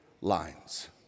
lines